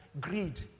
greed